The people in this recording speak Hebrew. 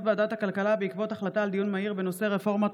הצעת חוק חופש הבחירה במזון מן הצומח,